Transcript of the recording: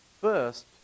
first